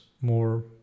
more